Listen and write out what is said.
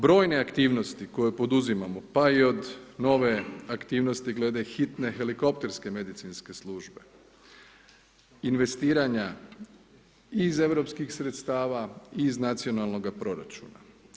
Brojne aktivnosti koje poduzimamo pa i od nove aktivnosti glede hitne helikopterske medicinske službe, investiranja iz europskih sredstava iz nacionalnoga proračuna.